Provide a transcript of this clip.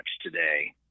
today